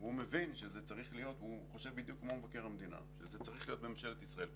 הוא חושב בדיוק כמו מבקר המדינה והוא מבין שזה צריך להיות בממשלת ישראל,